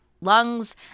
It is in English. lungs